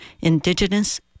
indigenous